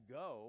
go